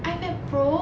ipad pro